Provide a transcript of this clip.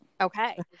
Okay